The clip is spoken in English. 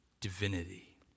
divinity